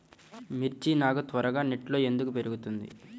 మిర్చి నారు త్వరగా నెట్లో ఎందుకు పెరుగుతుంది?